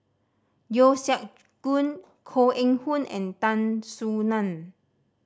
Yeo Siak Goon Koh Eng Hoon and Tan Soo Nan